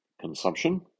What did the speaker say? consumption